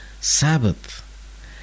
Sabbath